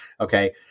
Okay